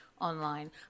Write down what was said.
online